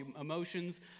emotions